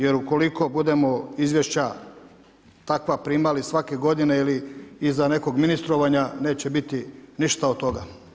Jer ukoliko budemo izvješća takva primali svake godine ili iza nekog ministrovanja neće biti ništa od toga.